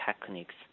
techniques